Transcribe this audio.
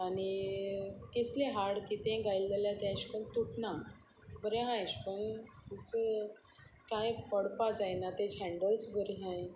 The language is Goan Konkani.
आनी कसले हाड कितें घायले जाल्यार तें अशें करून तुटना बरें आहाय अेशें कोनस कांय पडपा जायना तेज हँन्डल्स बरी आहाय